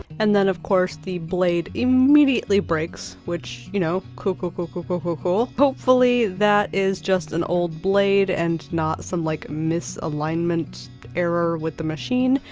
and then of course, the blade immediately breaks, which you know, cool cool cool cool cool cool cool. hopefully that is just an old blade and not some like misalignment error with the machine.